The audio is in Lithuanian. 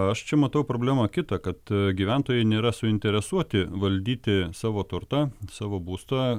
aš čia matau problemą kitą kad gyventojai nėra suinteresuoti valdyti savo turtą savo būstą